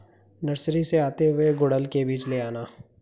nursery से आते हुए गुड़हल के बीज ले आना